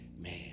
Man